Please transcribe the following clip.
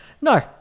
No